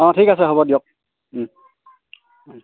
অঁ ঠিক আছে হ'ব দিয়ক